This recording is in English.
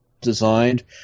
designed